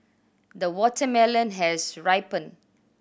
the watermelon has ripened